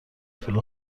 پول